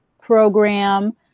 program